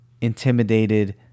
intimidated